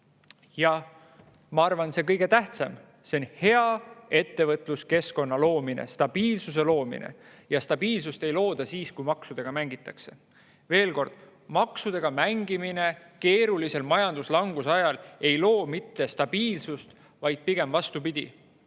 Ma arvan, et kõige tähtsam on hea ettevõtluskeskkonna loomine, stabiilsuse loomine. Stabiilsust ei looda siis, kui maksudega mängitakse. Veel kord: maksudega mängimine keerulisel majanduslanguse ajal ei loo stabiilsust. Ka meie enda